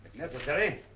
necessary,